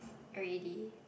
already